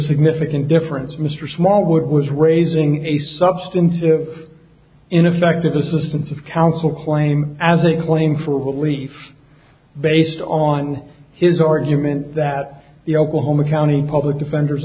significant difference mr smallwood was raising a substantive ineffective assistance of counsel claim as a claim for belief based on his argument that the oklahoma county public defender